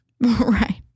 Right